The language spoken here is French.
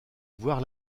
voir